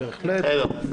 בהחלט.